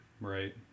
Right